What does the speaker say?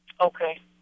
Okay